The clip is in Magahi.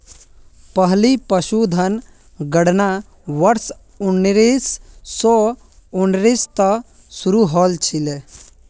पहली पशुधन गणना वर्ष उन्नीस सौ उन्नीस त शुरू हल छिले